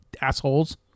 assholes